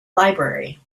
library